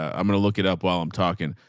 um i'm going to look it up while i'm talking,